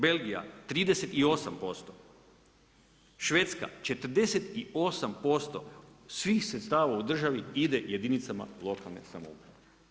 Belgija 38%, Švedska 48% svih sredstava u državi ide jedinicama lokalne samouprave.